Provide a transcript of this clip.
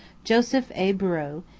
joseph a. breaux,